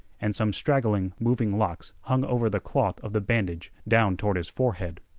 and some straggling, moving locks hung over the cloth of the bandage down toward his forehead.